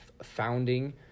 founding